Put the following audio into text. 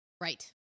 right